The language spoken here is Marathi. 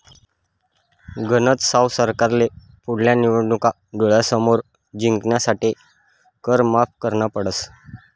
गनज साव सरकारले पुढल्या निवडणूका डोळ्यासमोर जिंकासाठे कर माफ करना पडस